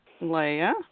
Leah